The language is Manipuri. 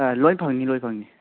ꯂꯣꯏ ꯐꯪꯅꯤ ꯂꯣꯏ ꯐꯪꯅꯤ